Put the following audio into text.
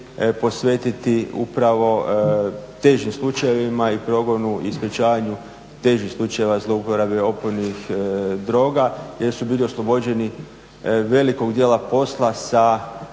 posvetiti upravo težim slučajevima i progonu i sprečavanju težih slučajeva zlouporabe opojnih droga jer su bili oslobođeni velikog dijela posla sa